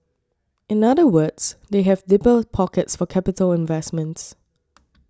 in other words they have deeper pockets for capital investments